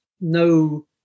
no